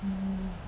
mm